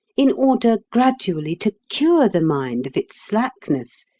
in order gradually to cure the mind of its slackness,